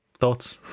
Thoughts